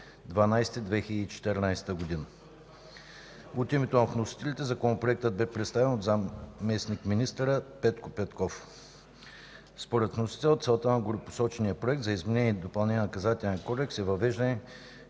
2014 г. От името на вносителите, Законопроектът бе представен от заместник-министър Петко Петков. Според вносителя целта на горепосочения Проект за изменение и допълнение на Наказателния кодекс е въвеждане